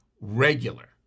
regular